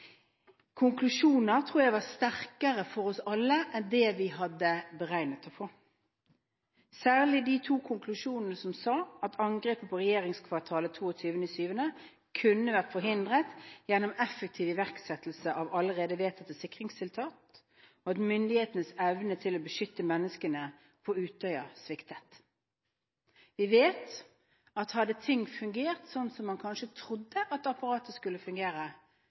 tror Gjørv-kommisjonens konklusjoner var sterkere for oss alle enn det vi hadde regnet med å få, særlig de to konklusjonene som sa at angrepet på regjeringskvartalet 22. juli kunne vært forhindret gjennom effektiv iverksettelse av allerede vedtatte sikringstiltak, og at myndighetenes evne til å beskytte menneskene på Utøya sviktet. Vi vet at hadde ting fungert slik som man kanskje trodde at apparatet skulle fungere,